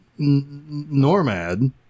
normad